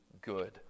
good